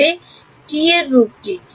টি এর রূপ কী